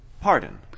pardon